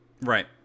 right